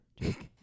Jake